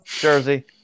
Jersey